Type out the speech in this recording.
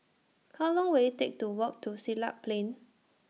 How Long Will IT Take to Walk to Siglap Plain